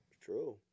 True